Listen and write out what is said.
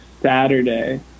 Saturday